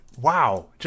Wow